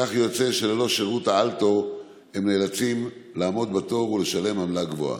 כך יוצא שללא שירות האל-תור הם נאלצים לעמוד בתור ולשלם עמלה גבוהה.